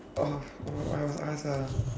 oh no I must ask ah